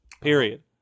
Period